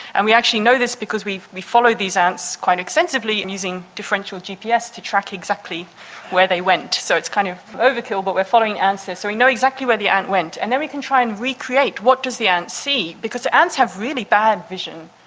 and we actually know this because we we follow these ants quite extensively and using differential gps to track exactly where they went. so it's kind of overkill but we're following ants here so we know exactly where the ant went. and then we can try and recreate, what does the ant see because the ants have really bad vision.